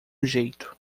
jeito